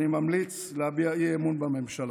אני ממליץ להביע אי-אמון בממשלה.